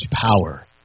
power